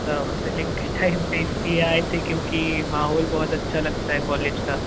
counselling के time पर इसलिए आए थे क्योंकि माहौल बहुत अच्छा लगता है कॉलेज का